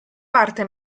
parte